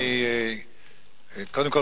קודם כול,